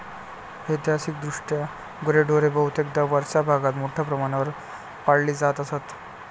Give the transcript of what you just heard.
ऐतिहासिकदृष्ट्या गुरेढोरे बहुतेकदा वरच्या भागात मोठ्या प्रमाणावर पाळली जात असत